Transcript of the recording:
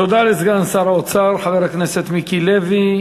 תודה לסגן שר האוצר חבר הכנסת מיקי לוי.